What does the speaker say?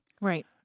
Right